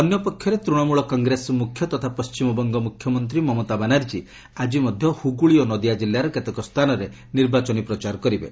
ଅପରପକ୍ଷରେ ତୃଶମୂଳ କଂଗ୍ରେସ ମୁଖ୍ୟ ତତା ପଣ୍ଟିମବଙ୍ଗ ମୁଖ୍ୟମନ୍ତ୍ରୀ ମମତା ବାନାର୍ଜୀ ଆଜି ମଧ୍ୟ ହୁଗୁଳି ଓ ନଦିଆ ଜିଲ୍ଲାର କେତେକ ସ୍ଥାନରେ ନିର୍ବାଚନ ପ୍ରଚାର କରିବେ